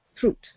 fruit